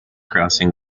crossing